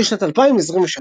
נכון לשנת 2023,